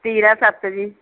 ਤੀਰਾ ਸੱਤ ਜੀ